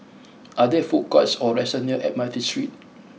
are there food courts or restaurants near Admiralty Street